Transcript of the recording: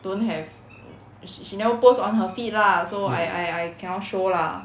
don't have she she never post on her feed lah so I I I cannot show lah